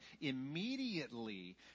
immediately